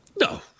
No